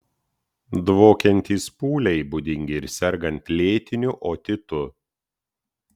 dvokiantys pūliai būdingi ir sergant lėtiniu otitu